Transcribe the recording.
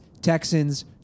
Texans